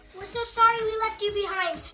we're so sorry we left you behind.